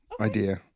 idea